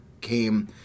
came